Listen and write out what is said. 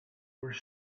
were